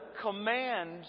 command